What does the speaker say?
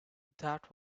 that